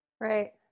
Right